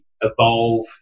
evolve